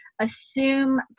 assume